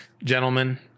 Gentlemen